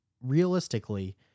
realistically